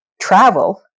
travel